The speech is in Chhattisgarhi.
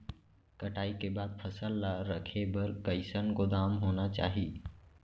कटाई के बाद फसल ला रखे बर कईसन गोदाम होना चाही?